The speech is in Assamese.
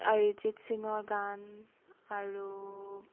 অৰিজিত সিঙৰ গান আৰু